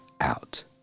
out